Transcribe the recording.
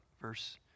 Verse